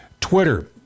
Twitter